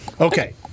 okay